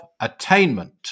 attainment